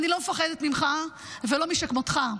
אני לא מפחדת ממך ולא משכמותך.